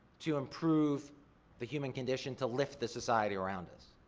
to improve the human condition, to lift the society around us.